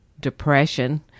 depression